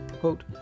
Quote